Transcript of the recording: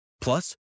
Plus